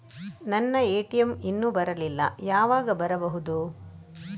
ನನ್ನ ಎ.ಟಿ.ಎಂ ಇನ್ನು ಬರಲಿಲ್ಲ, ಯಾವಾಗ ಬರಬಹುದು?